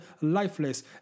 lifeless